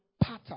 pattern